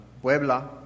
Puebla